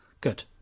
Good